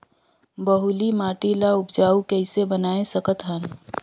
बलुही माटी ल उपजाऊ कइसे बनाय सकत हन?